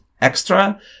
extra